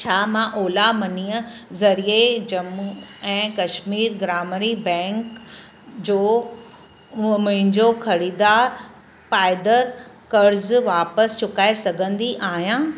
छा मां ओला मनीअ ज़रिए जम्मू ऐं कश्मीर ग्रामणी बैंक जो मुंहिंजो ख़रीदारु पाइदरु क़र्ज़ु वापसि चुकाए सघंदी आहियां